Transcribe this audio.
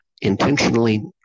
intentionally